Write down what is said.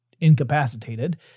incapacitated